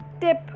tip